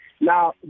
Now